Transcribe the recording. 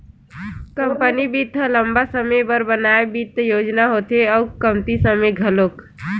company बित्त ह लंबा समे बर बनाए बित्त योजना होथे अउ कमती समे के घलोक